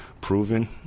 proven